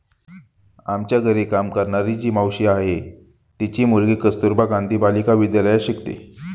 आमच्या घरी काम करणारी जी मावशी आहे, तिची मुलगी कस्तुरबा गांधी बालिका विद्यालयात शिकते